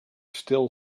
still